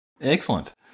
Excellent